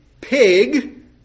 pig